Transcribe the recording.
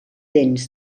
dents